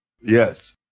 Yes